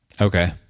Okay